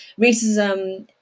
racism